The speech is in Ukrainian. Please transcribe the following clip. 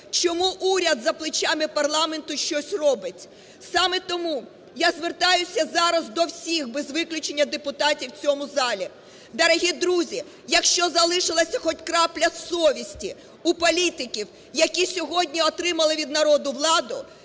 чому уряд за плечима парламенту щось робить? Саме тому я звертаюся зараз до всіх без виключення депутатів в цьому залі. Дорогі друзі, якщо залишилася хоч крапля совісті у політиків, які сьогодні отримали від народу владу,